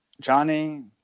Johnny